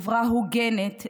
חברה הוגנת,